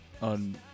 On